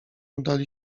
udali